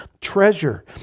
treasure